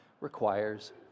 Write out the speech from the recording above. requires